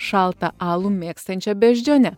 šaltą alų mėgstančia beždžione